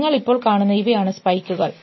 നിങ്ങൾ ഇപ്പോൾ കാണുന്ന ഇവയാണ് സ്പൈക്കുകൾ